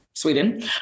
Sweden